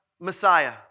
Messiah